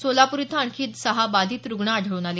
सोलापूर इथं आणखी सहा बाधित रुग्ण आढळले